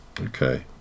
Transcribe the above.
Okay